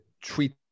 treat